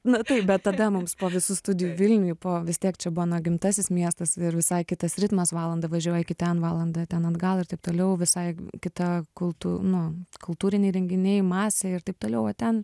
nu taip bet tada mums po visų studijų vilniuj po vis tiek čia bu mano gimtasis miestas ir visai kitas ritmas valandą važiuoji iki ten valandą ten atgal ir taip toliau visai kita kultū nu kultūriniai renginiai masė ir taip toliau o ten